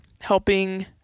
helping